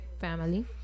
family